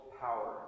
power